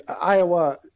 Iowa